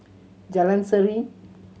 Jalan Serene